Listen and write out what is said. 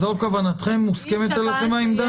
מוסכמת עליכם העמדה?